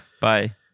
bye